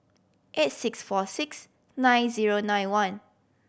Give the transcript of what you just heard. eight six four six nine zero nine one